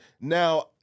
Now